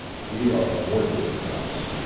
we are more digitalized.